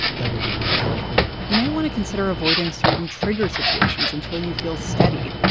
that would be really helpful you may want to consider avoiding certain trigger situations until you feel steady,